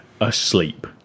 asleep